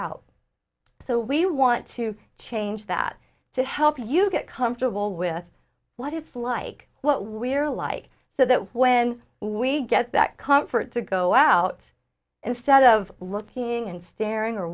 out so we want to change that to help you get comfortable with what it's like what we're like so that when we get that comfort to go out instead of looking and staring or